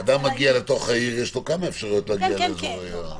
כשאדם מגיע לעיר יש לו כמה אפשרויות להגיע לאזורים האלה.